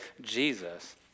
Jesus